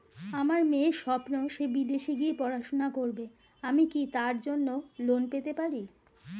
আমার মেয়ের স্বপ্ন সে বিদেশে গিয়ে পড়াশোনা করবে আমি কি তার জন্য লোন পেতে পারি?